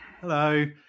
Hello